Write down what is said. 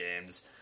games